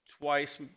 twice